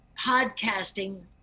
podcasting